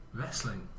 Wrestling